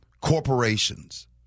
corporations